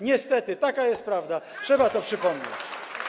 Niestety, taka jest prawda, trzeba to przypomnieć.